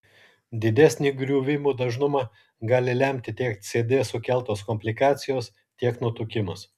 didesnį griuvimų dažnumą gali lemti tiek cd sukeltos komplikacijos tiek nutukimas